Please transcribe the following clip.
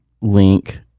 link